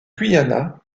guyana